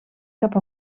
cap